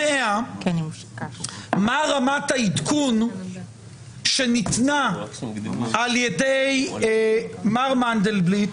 מה רמת העדכון שניתנה על ידי מר מנדלבליט,